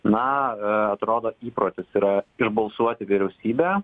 na atrodo įprotis yra išbalsuoti vyriausybę